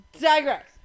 Digress